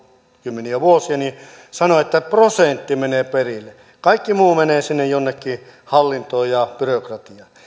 kymmeniä vuosia sanoi että prosentti menee perille kaikki muu menee sinne jonnekin hallintoon ja byrokratiaan